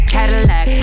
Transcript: Cadillac